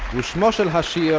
u'shmo shel ha'shir yeah